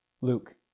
Luke